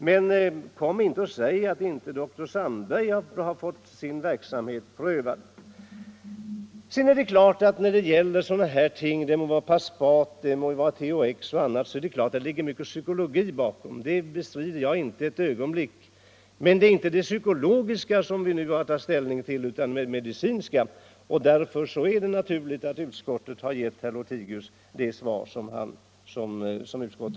Men kom inte och säg att inte dr Sandberg har fått sin verksamhet prövad! När det gäller sådana här ting — det må vara Paspat, THX eller annat —- är det klart att det ligger mycket psykologi bakom, det bestrider jag inte ett ögonblick. Men det är inte det psykologiska som vi nu har att ta ställning till utan det medicinska. Därför är det naturligt att utskottet har gett herr Lothigius det svar som han har fått.